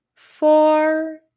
four